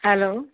hello